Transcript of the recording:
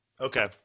Okay